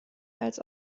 als